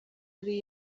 ari